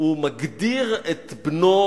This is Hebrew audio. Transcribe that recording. הוא מגדיר את בנו